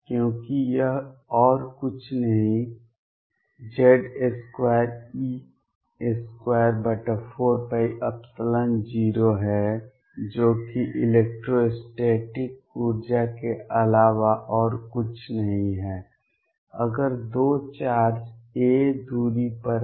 क्योंकि यह और कुछ नहीं Z2e24π0 है जो कि इलेक्ट्रोस्टैटिक ऊर्जा के अलावा और कुछ नहीं है अगर 2 चार्ज a दूरी पर हैं